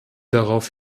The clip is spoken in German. darauf